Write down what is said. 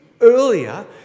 earlier